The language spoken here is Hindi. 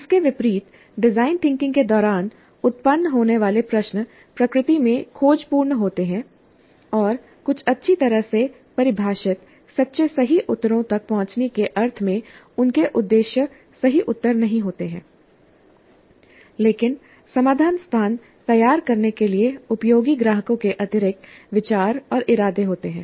इसके विपरीत डिजाइन थिंकिंग के दौरान उत्पन्न होने वाले प्रश्न प्रकृति में खोजपूर्ण होते हैं और कुछ अच्छी तरह से परिभाषित सच्चे सही उत्तरों तक पहुंचने के अर्थ में उनके उद्देश्य सही उत्तर नहीं होते हैं लेकिन समाधान स्थान तैयार करने के लिए उपयोगी ग्राहकों के अतिरिक्त विचार और इरादे होते हैं